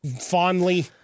fondly